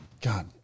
God